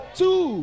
two